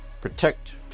protect